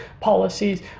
policies